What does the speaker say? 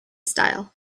style